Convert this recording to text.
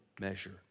measure